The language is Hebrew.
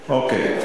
אוקיי.